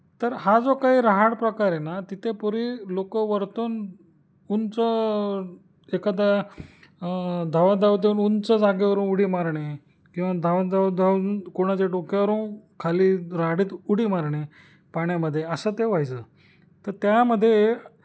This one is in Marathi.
तर हा जो काही रहाड प्रकार आहे ना तिथे पूर्वी लोक वरतून उंच एखादा धावत धावत येऊन उंच जागेवरून उडी मारणे किंवा धावत धावत जावून कोणाच्या डोक्यावरून खाली रहाडीत उडी मारणे पाण्यामध्ये असं ते व्हायचं तर त्यामध्ये